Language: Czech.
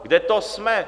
Kde to jsme?